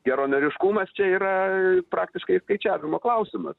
geranoriškumas čia yra praktiškai skaičiavimo klausimas